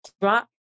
drop